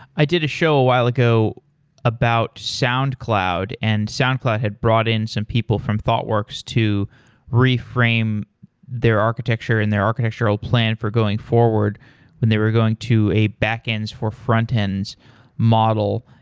i did a show a while ago about soundcloud, and soundcloud had brought in some people from thoughtworks to reframe their architecture and their architectural plan for going forward and they were going to a back-ends for front-ends model.